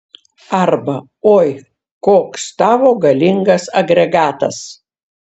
arba oi koks tavo galingas agregatas